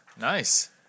Nice